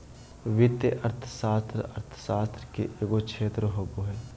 वित्तीय अर्थशास्त्र अर्थशास्त्र के एगो क्षेत्र होबो हइ